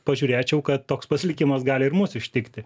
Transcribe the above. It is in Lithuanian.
pažiūrėčiau kad toks pats likimas gali ir mus ištikti